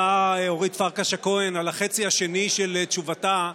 אורית פרקש הכהן על החצי השני של תשובתה,